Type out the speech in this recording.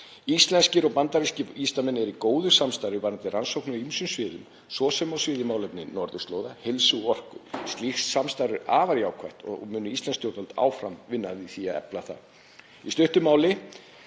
Íslenskir og bandarískir vísindamenn eru í góðu samstarfi varðandi rannsóknir á ýmsum sviðum, svo sem á sviði málefna norðurslóða, heilsu og orku. Slíkt samstarf er afar jákvætt og munu íslensk stjórnvöld áfram vinna að því að efla það. Í stuttu máli